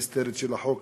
הנסתרת של החוק,